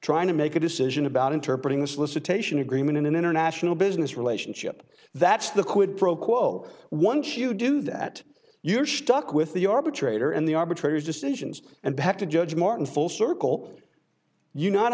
trying to make a decision about interpreting the solicitation agreement in an international business relationship that's the quid pro quo once you do that you're stuck with the arbitrator and the arbitrators decisions and have to judge martin full circle you not